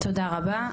תודה רבה,